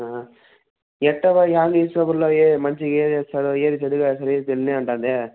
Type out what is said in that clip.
ఎట్టాగో యా న్యూస్ పేపర్లో ఏది మంచి ఏది వేస్తారో ఏది చెడుగా రాస్తారో ఏది తెలియనంతదే